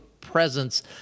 presence